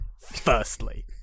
firstly